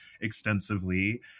extensively